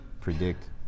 predict